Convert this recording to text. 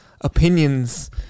opinions